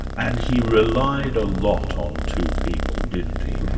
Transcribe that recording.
and he relied a lot on two people, didn't he?